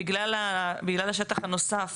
בגלל השטח הנוסף